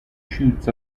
shoots